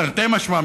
תרתי משמע,